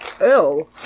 Ew